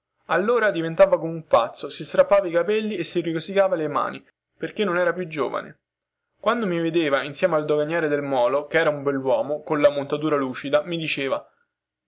allora diventava come un pazzo si strappava i capelli e si rosicava le mani perchè non era più giovane quando mi vedeva insieme al doganiere del molo che era un belluomo colla montura lucida mi diceva